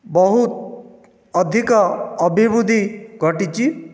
ବହୁତ ଅଧିକ ଅଭିବୃଦ୍ଧି ଘଟିଛି